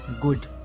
good